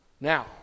Now